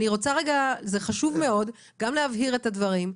זה חשוב מאוד גם להבהיר את הדברים,